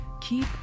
keep